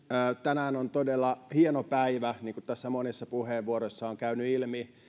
tänään on todella hieno päivä niin kuin tässä monissa puheenvuoroissa on käynyt ilmi